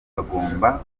bagomba